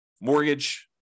mortgage